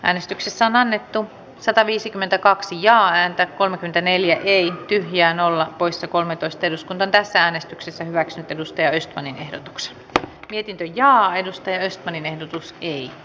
äänestyksissä on annettu sataviisikymmentäkaksi ja annette kolmekymmentäneljä liittyviä nolla poissa kolmetoista kuten tässä äänestyksessä hyväksy edustaja istvanin ehdotuksen piti linjaa edusti östmanin arvoisa puhemies